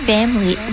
Family